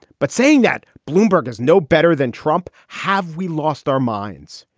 but saying that bloomberg is no better than trump. have we lost our minds?